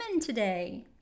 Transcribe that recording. today